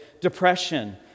depression